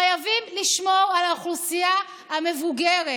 חייבים לשמור על האוכלוסייה המבוגרת.